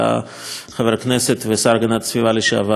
הכנסת והשר להגנת הסביבה לשעבר עמיר פרץ.